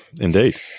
Indeed